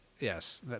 Yes